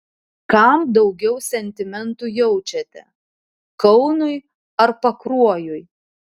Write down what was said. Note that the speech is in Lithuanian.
kam daugiau sentimentų jaučiate kaunui ar pakruojui